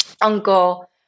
uncle